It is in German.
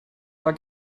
war